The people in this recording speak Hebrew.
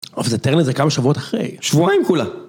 אוף זה תר לזה כמה שבועות אחרי, שבועיים כולה.